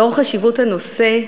לאור חשיבות הנושא,